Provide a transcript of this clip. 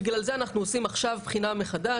בגלל זה אנחנו עושים עכשיו בחינה מחדש.